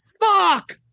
Fuck